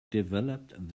developed